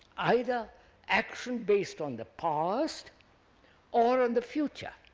either action based on the past or on the future,